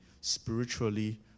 spiritually